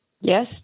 Yes